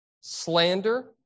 slander